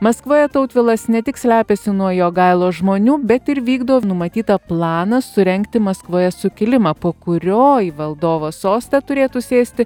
maskvoje tautvilas ne tik slepiasi nuo jogailos žmonių bet ir vykdo numatytą planą surengti maskvoje sukilimą po kurio į valdovo sostą turėtų sėsti